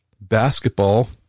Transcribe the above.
Basketball